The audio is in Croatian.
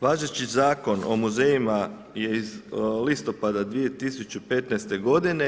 Važeći Zakon o muzejima je iz listopada 2015. godine.